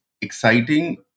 exciting